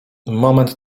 moment